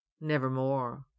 nevermore